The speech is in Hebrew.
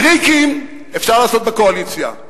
טריקים אפשר לעשות בקואליציה.